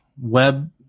web